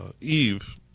Eve